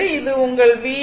இது இது உங்கள் v i